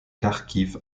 kharkiv